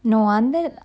no wonder